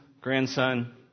grandson